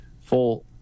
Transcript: full